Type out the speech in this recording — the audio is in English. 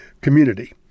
community